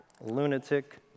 lunatic